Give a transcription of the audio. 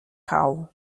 cau